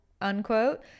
unquote